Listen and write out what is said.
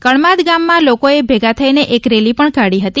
કળમાદ ગામમાં લોકો ભેગા થઈને એક રેલી પણ કાઢી હતી